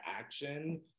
action